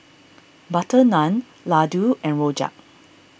Butter Naan Laddu and Rojak